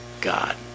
God